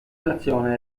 nazione